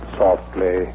softly